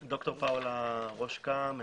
ד"ר איזבלה קרקיס, אני